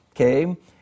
Okay